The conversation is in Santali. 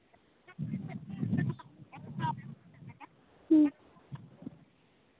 ᱦᱮᱸ